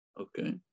Okay